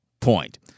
point